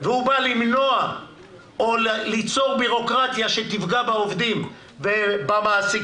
והוא בא ליצור בירוקרטיה שתפגע בעובדים ובמעסיקים,